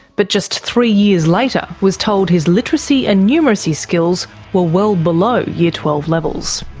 but just three years later was told his literacy and numeracy skills were well below year twelve levels.